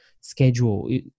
schedule